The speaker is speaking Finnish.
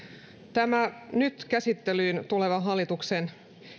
tämä nyt käsittelyyn tuleva hallituksen